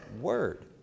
word